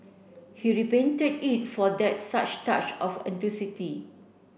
he repainted it for that such touch of